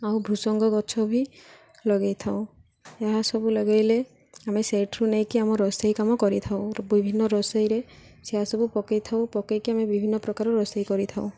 ଆଉ ଭୃସଙ୍ଗ ଗଛ ବି ଲଗାଇଥାଉ ଏହାସବୁ ଲଗାଇଲେ ଆମେ ସେଇଠରୁ ନେଇକି ଆମ ରୋଷେଇ କାମ କରିଥାଉ ବିଭିନ୍ନ ରୋଷେଇରେ ସେ ସବୁ ପକାଇଥାଉ ପକାଇକି ଆମେ ବିଭିନ୍ନ ପ୍ରକାର ରୋଷେଇ କରିଥାଉ